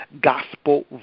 Gospel